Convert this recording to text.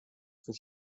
für